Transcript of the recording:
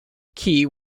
key